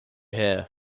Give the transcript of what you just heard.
here